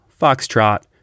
foxtrot